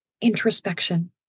introspection